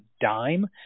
dime